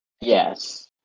Yes